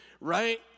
right